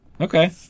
Okay